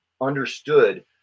understood